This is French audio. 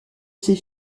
ses